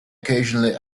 occasionally